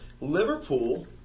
Liverpool